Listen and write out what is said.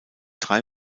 drei